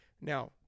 Now